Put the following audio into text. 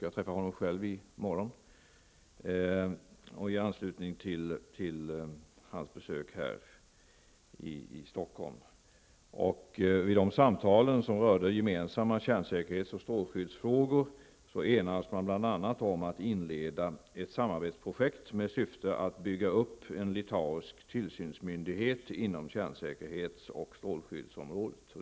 Jag skall själv träffa honom i morgon. Vid samtalen i dag, som rörde gemensamma kärnsäkerhets och strålskyddsfrågor, enades man bl.a. om att inleda ett samarbetsprojekt med syfte att bygga upp en litauisk tillsynsmyndighet inom kärnsäkerhets och strålskyddsområdet.